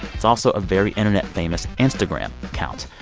it's also a very internet-famous instagram account.